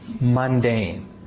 mundane